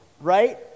right